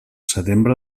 setembre